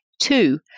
Two